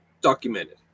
documented